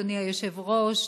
אדוני היושב-ראש,